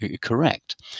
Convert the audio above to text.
correct